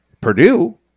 Purdue